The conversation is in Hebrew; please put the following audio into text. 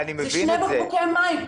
זה שני בקבוקי מים.